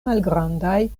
malgrandaj